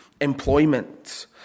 employment